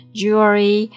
jewelry